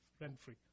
rent-free